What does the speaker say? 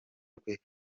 rwe